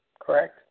correct